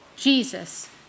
Jesus